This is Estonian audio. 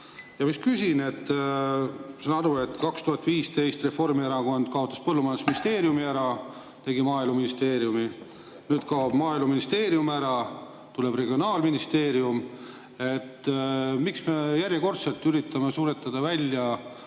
miinust. Ma saan aru, et 2015 Reformierakond kaotas põllumajandusministeeriumi ära, tegi Maaeluministeeriumi. Nüüd kaob Maaeluministeerium ära, tuleb regionaalministeerium. Miks me järjekordselt üritame suretada